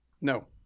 No